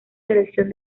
selección